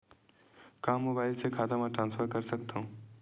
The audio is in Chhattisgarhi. का मोबाइल से खाता म ट्रान्सफर कर सकथव?